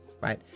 right